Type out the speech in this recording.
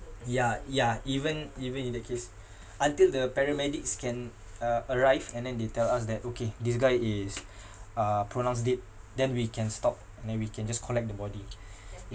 ya ya even even in that case until the paramedics can uh arrive and then they tell us that okay this guy is uh pronounced dead then we can stop and then we can just collect the body